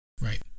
Right